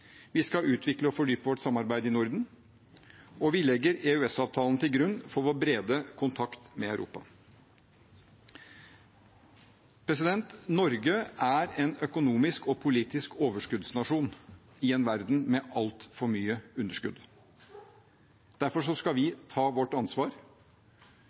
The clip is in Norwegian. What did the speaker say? Vi skal utvikle og fordype vårt samarbeid i Norden, og vi legger EØS-avtalen til grunn for vår brede kontakt med Europa. Norge er en økonomisk og politisk overskuddsnasjon i en verden med altfor mye underskudd. Derfor skal